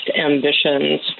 ambitions